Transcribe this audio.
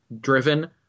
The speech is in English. driven